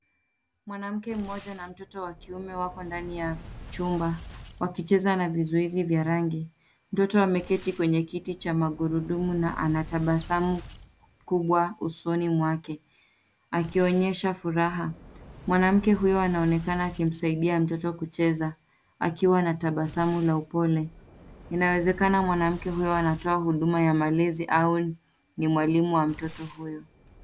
Mwanamke mmoja na mtoto wa kiume wako ndani ya chuma wakicheza na vizuizi vya rangi mtoto ameketi kwenye kiti cha magurudumu na anatabasamu kubwa usoni mwake, akionyesha furaha. Mwanamke huyo anaonekana akimsaidia mtoto kucheza, akiwa na tabasamu la upole. Inawezekana mwanamke huyo anatoa huduma ya malezi au ni mwalimu wa mtoto huyo.